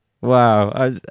Wow